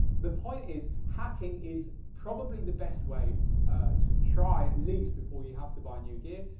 the point is hacking is probably the best way to try at least before you have to buy new gear,